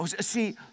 See